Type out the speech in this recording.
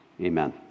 amen